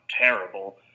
terrible